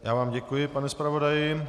Já vám děkuji, pane zpravodaji.